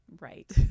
Right